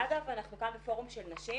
ואגב, אנחנו כאן בפורום של נשים